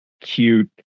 cute